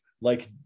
like-